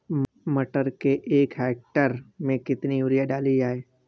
मटर के एक हेक्टेयर में कितनी यूरिया डाली जाए?